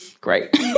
great